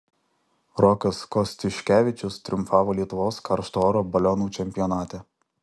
rokas kostiuškevičius triumfavo lietuvos karšto oro balionų čempionate